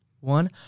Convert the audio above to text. one